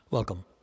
Welcome